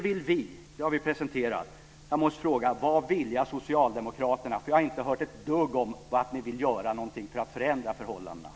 Vi har presenterat vad vi vill. Vad vilja socialdemokraterna? Jag har inte hört ett dugg om vad ni vill göra för att förändra förhållandena.